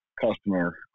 customer